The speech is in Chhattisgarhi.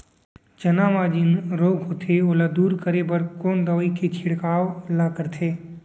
चना म जेन रोग होथे ओला दूर करे बर कोन दवई के छिड़काव ल करथे?